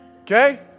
Okay